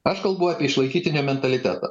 aš kalbu apie išlaikytinio mentalitetą